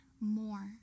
more